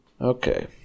Okay